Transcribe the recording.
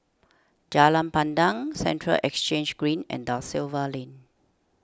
Jalan Pandan Central Exchange Green and Da Silva Lane